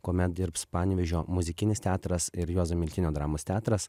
kuomet dirbs panevėžio muzikinis teatras ir juozo miltinio dramos teatras